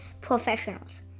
Professionals